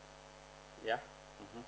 yeah